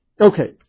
okay